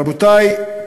רבותי,